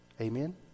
Amen